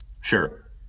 Sure